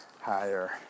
higher